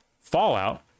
fallout